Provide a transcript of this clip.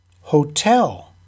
Hotel